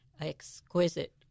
exquisite